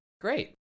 Great